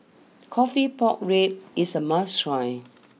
Coffee Pork Ribs is a must try